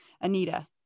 Anita